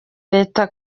leta